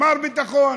"מר ביטחון",